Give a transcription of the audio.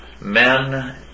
men